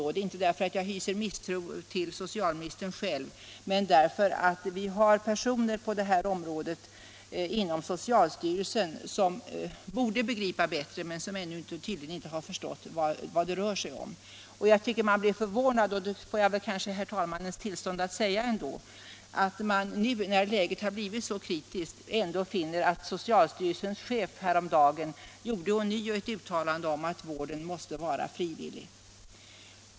Det säger jag inte därför att jag hyser misstro till socialministern själv utan därför att vi när det gäller det här området har personer inom socialstyrelsen som borde begripa bättre men som tydligen ännu inte har förstått vad det gäller. Man blir förvånad — det får jag kanske herr talmannens tillstånd att säga — när man nu, då läget har blivit så kritiskt, ändå finner att socialstyrelsens chef häromdagen ånyo gjorde ett uttalande om att vården måste vara frivillig.